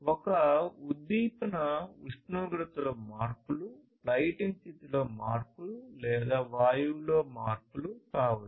ఈ ఉద్దీపన ఉష్ణోగ్రతలో మార్పులు లైటింగ్ స్థితిలో మార్పులు లేదా వాయువులో మార్పులు కావచ్చు